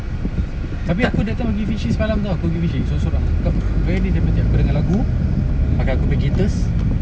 tapi aku pergi that time pergi fishing semalam [tau] pergi fishing seorang seorang kat dia ni char kway teow aku dengar lagu pakai aku punya gaiters